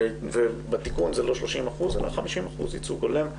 בתיקון זה לא 30% אלא 50% ייצוג הולם,